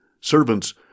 Servants